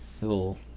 little